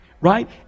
right